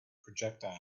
projectile